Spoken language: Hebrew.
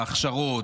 ההכשרות,